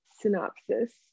synopsis